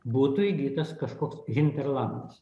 būtų įgytas kažkoks hinterladas